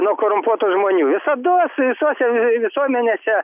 nuo korumpuotų žmonių visados visose visuomenėse